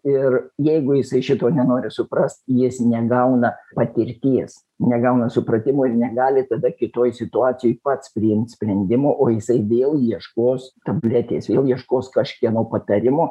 ir jeigu jisai šito nenori suprast jis negauna patirties negauna supratimo ir negali tada kitoj situacijoj pats priimt sprendimų o jisai vėl ieškos tabletės vėl ieškos kažkieno patarimo